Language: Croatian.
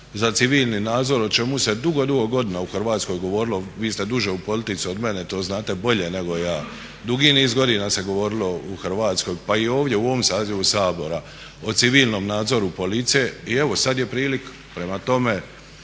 za civilni nadzor o čemu se dugo, dugo godina u Hrvatskoj govorilo. Vi ste duže u politici od mene. To znate bolje nego ja. Dugi niz godina se govorilo u Hrvatskoj, pa i ovdje u ovom sazivu Sabora o civilnom nadzoru policije. I evo sad je prilika. Prema tome,